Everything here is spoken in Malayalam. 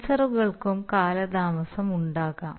സെൻസറുകൾക്കും കാലതാമസമുണ്ടാകാം